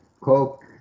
Coke